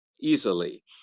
easily